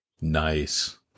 Nice